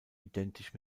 identisch